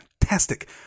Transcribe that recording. fantastic